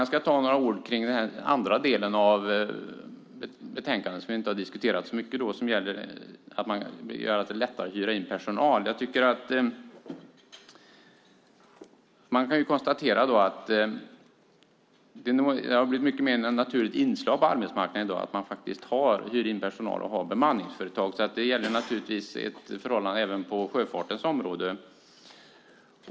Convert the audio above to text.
Jag ska säga några ord om den andra delen av betänkandet som vi inte har diskuterat så mycket och som handlar om att göra det lättare att hyra in personal. Att ha inhyrd personal och anlita bemanningsföretag har blivit ett vanligt inslag på arbetsmarknaden. Det gäller naturligtvis även på sjöfartens område.